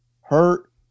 hurt